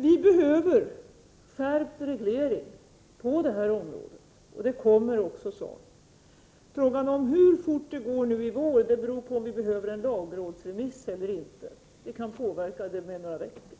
Vi behöver en skärpt reglering på det här området, och det kommer också en sådan. Frågan om hur fort det går nu i vår beror på om vi behöver en lagrådsremiss eller inte — det kan påverka med några veckor.